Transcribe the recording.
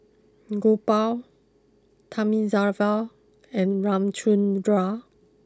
Gopal Thamizhavel and Ramchundra